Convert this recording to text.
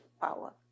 power